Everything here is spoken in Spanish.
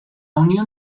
unión